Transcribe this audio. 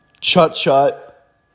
Chut-chut